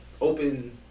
open